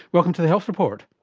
welcome to the health report.